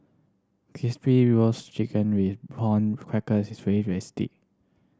Crispy Roasted Chicken with prawn cracker is very